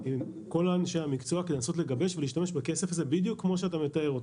כל אנשי המקצוע כדי לנסות לגבש ולהשתמש בכסף הזה בדיוק כפי שאתה מתאר,